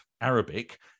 arabic